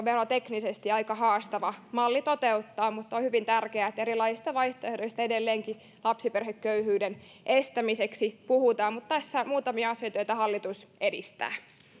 veroteknisesti aika haastava malli toteuttaa mutta on hyvin tärkeää että erilaisista vaihtoehdoista edelleenkin lapsiperheköyhyyden estämiseksi puhutaan tässä muutamia asioita joita hallitus edistää